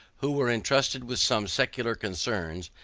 who were entrusted with some secular concerns,